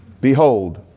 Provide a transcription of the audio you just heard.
Behold